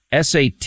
sat